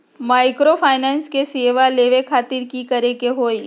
Microfinance के सेवा लेबे खातीर की करे के होई?